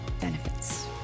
benefits